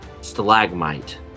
stalagmite